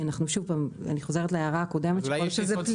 אני חוזרת להערה הקודמת שלי.